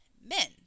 men